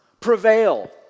prevail